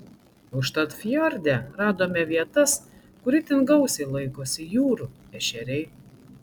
užtat fjorde radome vietas kur itin gausiai laikosi jūrų ešeriai